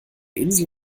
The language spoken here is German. insel